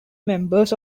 members